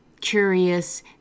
curious